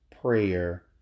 prayer